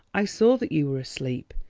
i saw that you were asleep.